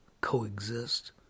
Coexist